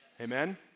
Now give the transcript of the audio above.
Amen